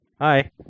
Hi